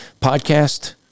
podcast